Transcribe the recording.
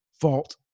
fault